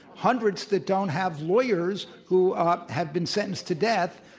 hundreds that don't have lawyers, who ah have been sentenced to death.